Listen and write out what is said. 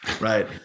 right